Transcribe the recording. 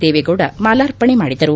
ದೇವೇಗೌಡ ಮಾಲಾರ್ಪಣೆ ಮಾಡಿದರು